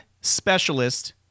specialist